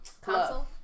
console